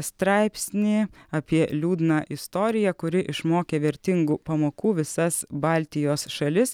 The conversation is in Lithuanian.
straipsnį apie liūdną istoriją kuri išmokė vertingų pamokų visas baltijos šalis